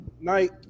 night